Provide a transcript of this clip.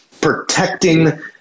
protecting